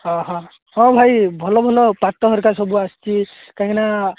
ହଁ ହଁ ହଁ ଭାଇ ଭଲ ଭଲ ପାଟ ହେରିକା ସବୁ ଆସଛି କାହିଁକି ନା